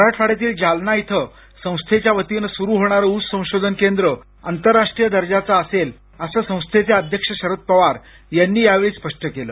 मराठवाङ्यातील जालना इथं संस्थेच्या वतीनं सुरु होणारं ऊस संशोधन केंद्र आंतरराष्ट्रीय दर्जाचं असेल असं संस्थेचे अध्यक्ष शरद पवार यांनी यावेळी स्पष्ट केलं